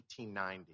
1890